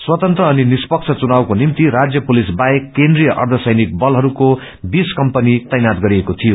स्वतन्त्र अनि निष्पक्ष घुनावको निम्ति राष्य पुलिस बोहेक केन्द्रिय अर्यसैनिक बलहरूको बीस कम्पनी तैनात गरिएको गीयो